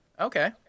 Okay